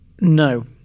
no